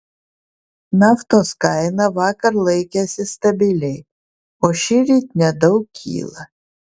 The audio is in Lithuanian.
naftos kaina vakar laikėsi stabiliai o šįryt nedaug kyla